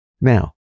Now